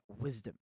wisdom